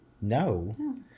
No